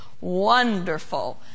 Wonderful